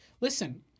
Listen